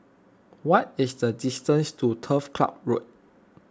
what is the distance to Turf Ciub Road